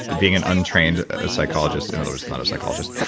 and being an untrained ah psychologist. in other words, not a psychologist